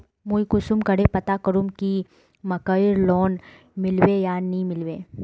मुई कुंसम करे पता करूम की मकईर लोन मिलबे या नी मिलबे?